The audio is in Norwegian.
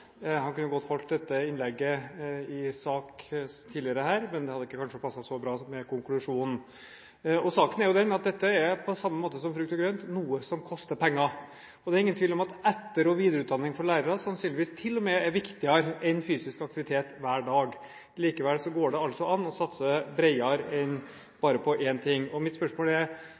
Han kunne godt ha holdt dette innlegget i en sak tidligere her, men det hadde kanskje ikke passet så bra med konklusjonen. Saken er den at dette er, på samme måte som frukt og grønt, noe som koster penger. Det er ingen tvil om at etter- og videreutdanning for lærere, sannsynligvis, til og med er viktigere enn fysisk aktivitet hver dag. Likevel går det altså an å satse bredere enn bare på én ting. Mitt spørsmål er,